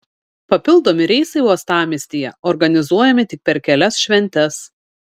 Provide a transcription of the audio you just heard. papildomi reisai uostamiestyje organizuojami tik per kelias šventes